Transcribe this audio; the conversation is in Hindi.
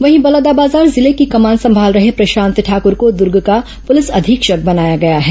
वहीं बलौदाबाजार जिले की कमान संभाल रहे प्रशांत ठाकूर को दुर्ग का पुलिस अधीक्षक बनाया गया है